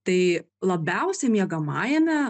tai labiausiai miegamajame